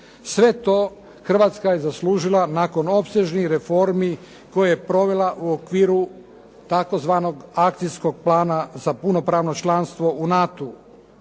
Sve to Hrvatska je zaslužila nakon opsežnih reformi koje je provela u okviru tzv. akcijskog plana za punopravno članstvo u NATO-u.